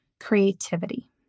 creativity